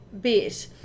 bit